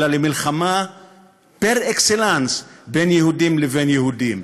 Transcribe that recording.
אלא למלחמה פר-אקסלנס בין יהודים לבין יהודים.